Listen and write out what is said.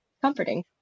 comforting